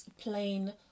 plain